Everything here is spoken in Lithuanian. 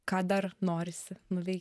ką dar norisi nuveikt